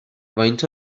faint